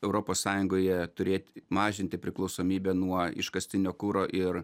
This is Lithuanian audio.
europos sąjungoje turėt mažinti priklausomybę nuo iškastinio kuro ir